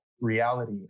reality